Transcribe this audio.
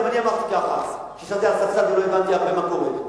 גם אני אמרתי ככה כשישבתי על הספסל ולא הבנתי הרבה מה קורה.